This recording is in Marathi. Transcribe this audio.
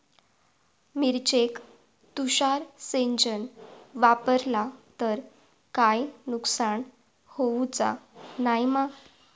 मिरचेक तुषार सिंचन वापरला तर काय नुकसान होऊचा नाय मा?